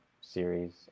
series